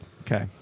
Okay